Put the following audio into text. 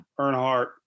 Earnhardt